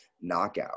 knockout